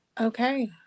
Okay